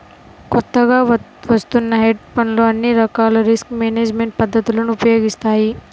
కొత్తగా వత్తున్న హెడ్జ్ ఫండ్లు అన్ని రకాల రిస్క్ మేనేజ్మెంట్ పద్ధతులను ఉపయోగిస్తాయి